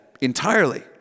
entirely